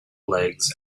legs